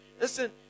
Listen